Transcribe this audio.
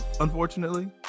unfortunately